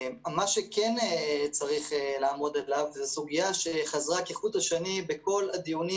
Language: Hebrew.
מה שכן צריך לעמוד עליו היא סוגיה שחזרה כחוט השני בכל הדיונים